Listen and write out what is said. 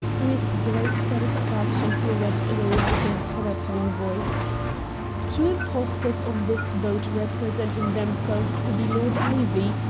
with great satisfaction he read it in a loud and threatening voice two impostors on this boat representing themselves to be lord ivy,